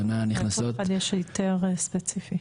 לכל אחד יש היתר ספציפי.